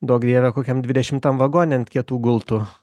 duok dieve kokiam dvidešimtam vagone ant kietų gultų